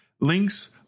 Links